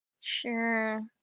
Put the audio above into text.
Sure